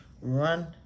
run